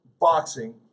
boxing